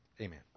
Amen